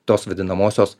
tos vadinamosios